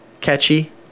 catchy